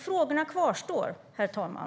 Frågorna kvarstår, herr talman.